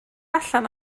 allan